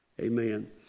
Amen